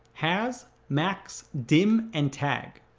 has, max, dim, and tag.